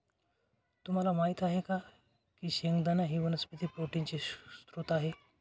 तुम्हाला माहित आहे का की शेंगदाणा ही वनस्पती प्रोटीनचे स्त्रोत आहे